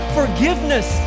forgiveness